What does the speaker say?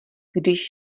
když